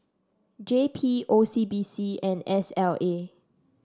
J P O C B C and S L A